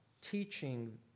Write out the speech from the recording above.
teaching